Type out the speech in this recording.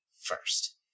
first